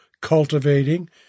cultivating